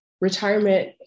retirement